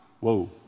Whoa